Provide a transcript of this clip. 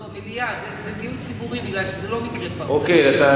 לא, מליאה.